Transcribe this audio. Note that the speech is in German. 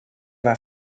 war